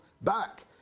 back